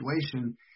situation